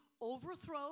overthrow